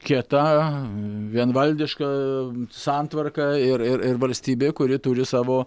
kieta vienvaldiška santvarka ir ir ir valstybė kuri turi savo